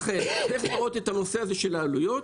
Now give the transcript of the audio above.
לכן, צריך לראות את הנושא של העלויות.